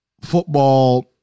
football